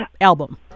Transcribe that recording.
album